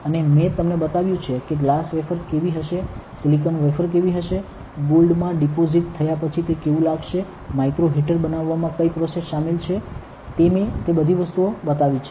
અને મેં તમને બતાવ્યું છે કે ગ્લાસ વેફર કેવી હશે સિલિકોન વેફર કેવી હશે ગોલ્ડ માં ડિપોઝિટ થયા પછી તે કેવું લાગશે અને માઇક્રો હીટર બનાવવામાં કઈ પ્રોસેસ શામેલ છે તે મેં તે બધી વસ્તુઓ બતાવી છે